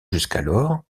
jusqu’alors